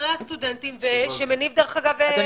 אחרי הסטודנטים שמניב, דרך אגב --- הבנתי.